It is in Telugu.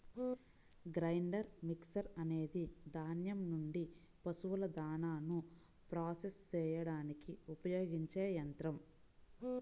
గ్రైండర్ మిక్సర్ అనేది ధాన్యం నుండి పశువుల దాణాను ప్రాసెస్ చేయడానికి ఉపయోగించే యంత్రం